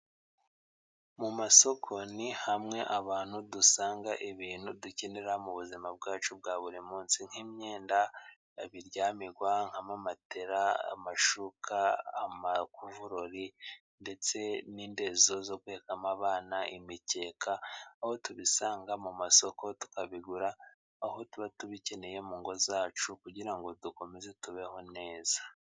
Mu masoko ni hamwe abantu dusanga ibintu dukenera mu buzima bwacu bwa buri munsi nk'imyenda ,ibiryamirwa nk'amamatera, amashuka, amakuvurori ,ndetse n'indezo zo guhekamo abana, imikeka ,aho tubisanga mu masoko tukabigura aho tuba tubikeneye mu ngo zacu kugira ngo dukomeze tubeho neza.